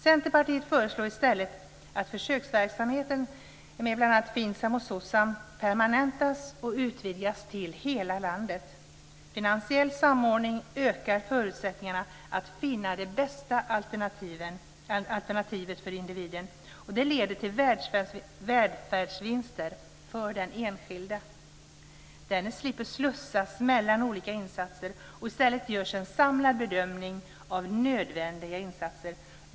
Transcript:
Centerpartiet föreslår i stället att försöksverksamheten med bl.a. FINSAM och SOCSAM permanentas och utvidgas till att omfatta hela landet. Finansiell samordning ökar förutsättningarna att finna det bästa alternativet för individen. Det leder till välfärdsvinster för den enskilde. Denne slipper slussas mellan olika insatser och i stället görs en samlad bedömning av nödvändiga insatser.